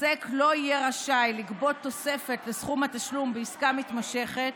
עוסק לא יהיה רשאי לגבות תוספת לסכום התשלום בעסקה מתמשכת,